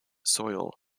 soil